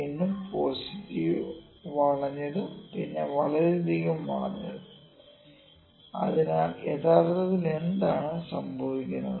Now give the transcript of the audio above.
വീണ്ടും പോസിറ്റീവായി വളഞ്ഞതും പിന്നെ വളരെയധികം വളഞ്ഞതും അതിനാൽ യഥാർത്ഥത്തിൽ എന്താണ് സംഭവിക്കുന്നത്